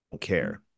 care